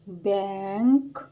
bank